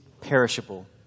perishable